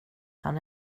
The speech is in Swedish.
han